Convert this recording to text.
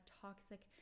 toxic